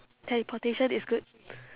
teleportation is good